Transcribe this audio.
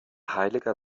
heiliger